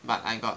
but I got